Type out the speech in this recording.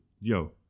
Yo